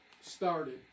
started